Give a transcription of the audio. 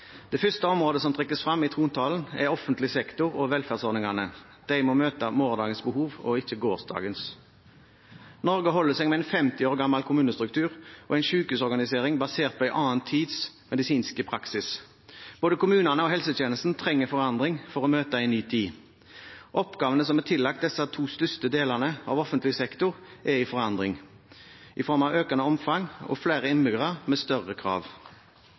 Det første området som trekkes frem i trontalen, er offentlig sektor og velferdsordningene. De må møte morgendagens behov og ikke gårsdagens. Norge holder seg med en 50 år gammel kommunestruktur og en sykehusorganisering basert på en annen tids medisinske praksis. Både kommunene og helsetjenesten trenger forandring for å møte en ny tid. Oppgavene som er tillagt disse to største delene av offentlig sektor, er i forandring i form av økende omfang og flere innbyggere med større krav.